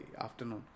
afternoon